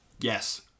yes